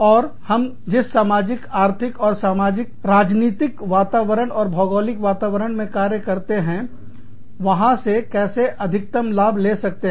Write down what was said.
और हम जिस सामाजिक आर्थिक तथा सामाजिक राजनीतिक वातावरण और भौगोलिक वातावरण में कार्य करते हैं वहां से कैसे अधिकतम लाभ ले सकते हैं